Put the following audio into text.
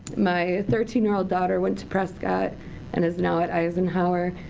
my thirteen year old daughter went to prescott and is now at eisenhower.